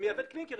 היא מייבאת קלניקר.